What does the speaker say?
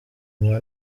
nyuma